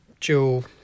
dual